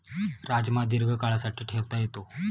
राजमा दीर्घकाळासाठी ठेवता येतो